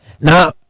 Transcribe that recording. Now